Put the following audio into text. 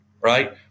Right